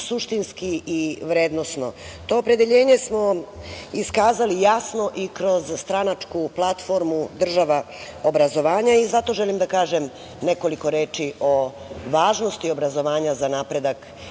suštinski i vrednosno. To opredeljenje smo iskazali jasno i kroz stranačku platformu država obrazovanja i zato želim da kažem nekoliko reči o važnosti obrazovanja za napredak